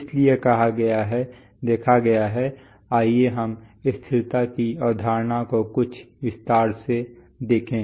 इसलिए कहा गया है देखा गया है आइए हम स्थिरता की अवधारणा को कुछ विस्तार से देखें